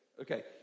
okay